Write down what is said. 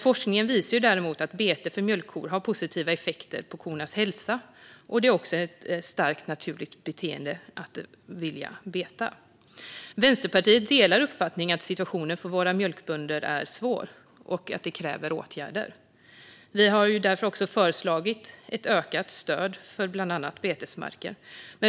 Forskning visar däremot att bete för mjölkkor har positiva effekter på kornas hälsa, och det är också ett starkt naturligt beteende att vilja beta. Vänsterpartiet delar uppfattningen att situationen för våra mjölkbönder är svår och kräver åtgärder. Vi har därför också föreslagit ett ökat stöd för bland annat betesmarker.